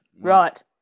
Right